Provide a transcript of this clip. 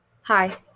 hi